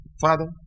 Father